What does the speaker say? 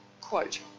quote